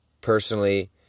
Personally